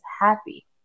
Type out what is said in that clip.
happy